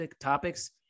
topics